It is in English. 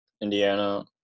Indiana